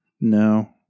No